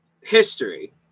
history